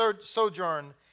sojourn